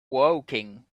woking